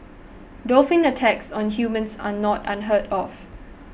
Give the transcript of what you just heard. dolphin attacks on humans are not unheard of